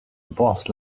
boss